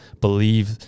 believe